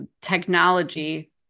technology